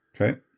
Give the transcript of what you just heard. okay